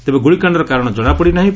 ତେବେ ଗୁଳିକାଣ୍ଡର କାରଣ ଜଣାପଡିନାହିଁ